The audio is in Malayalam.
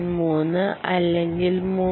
3 അല്ലെങ്കിൽ 3